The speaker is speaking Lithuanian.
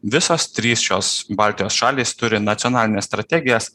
visos trys šios baltijos šalys turi nacionalines strategijas